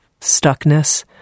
stuckness